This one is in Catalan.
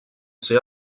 ser